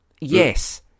yes